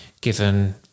given